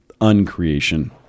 uncreation